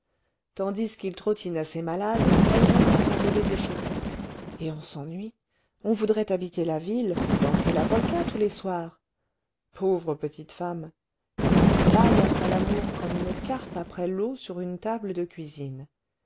tandis qu'il trottine à ses malades elle reste à ravauder des chaussettes et on s'ennuie on voudrait habiter la ville danser la polka tous les soirs pauvre petite femme ça bâille après l'amour comme une carpe après l'eau sur une table de cuisine